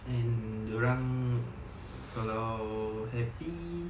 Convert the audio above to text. and dia orang kalau happy